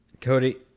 Cody